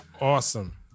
Awesome